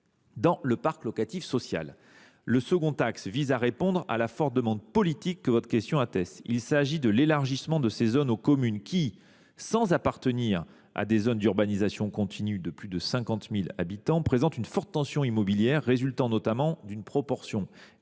dans le parc locatif social. Le second vise à répondre à la forte demande politique dont votre question atteste. Il s’agit de l’élargissement de ces zones aux communes qui, sans appartenir à des zones d’urbanisation continue de plus de 50 000 habitants, présentent une forte tension immobilière résultant notamment d’une proportion élevée